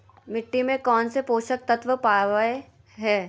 मिट्टी में कौन से पोषक तत्व पावय हैय?